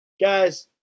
Guys